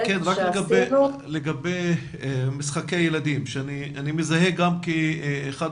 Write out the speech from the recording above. לגבי משחקי ילדים שאני מזהה גם כאחד